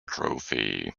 trophy